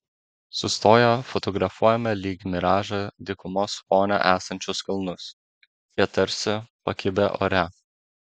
sustoję fotografuojame lyg miražą dykumos fone esančius kalnus jie tarsi pakibę ore